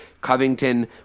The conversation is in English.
Covington